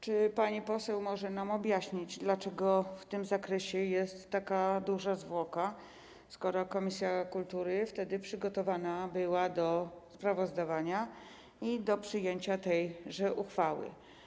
Czy pani poseł może nam objaśnić, dlaczego w tym zakresie jest taka duża zwłoka, skoro komisja kultury była wtedy przygotowana do sprawozdawania i do przyjęcia tejże uchwały?